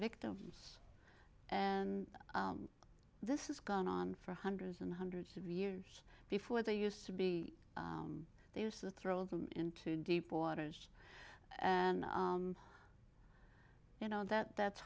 victims and this has gone on for hundreds and hundreds of years before they used to be they used to throw them into deep waters and you know that that's